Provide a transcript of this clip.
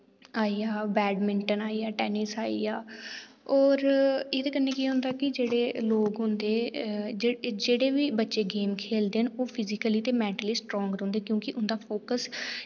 आइया बैडमिंटन आइया टेनिस आइया और इदे कन्नै के होंदा कि जेह्ड़े लोक होंदे जेह्ड़े बी बच्चे गेम खेलदे न ओह् फिजिकली ते मैन्टली स्ट्रांग रौंह्दे क्यूंकि उंदा फोकस